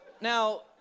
Now